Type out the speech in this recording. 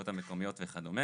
היא מטרד בלבד.